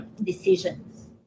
decisions